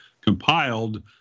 compiled